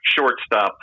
shortstop